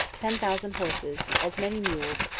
ten thousand horses, as many mules,